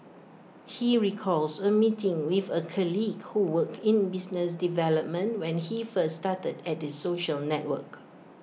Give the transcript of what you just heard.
he recalls A meeting with A colleague who worked in business development when he first started at the social network